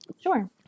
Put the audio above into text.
Sure